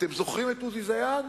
אתם זוכרים את עוזי דיין?